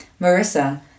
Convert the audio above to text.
Marissa